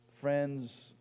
friends